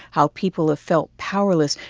how people have felt powerless,